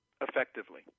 effectively